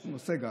סגל.